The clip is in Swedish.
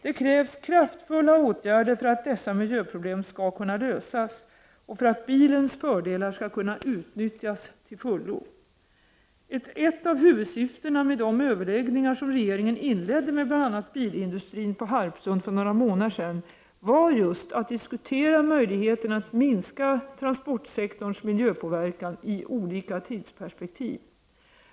Det krävs kraftfulla åtgärder för att dessa miljöproblem skall kunna lösas och för att bilens fördelar skall kunna utnyttjas till fullo. Ett av huvudsyftena med de överläggningar som regeringen inledde med bl.a. bilindustrin på Harpsund för några månader sedan var just att diskutera möjligheterna att minska transportsektorns miljöpåverkan i olika tidsperspektiv.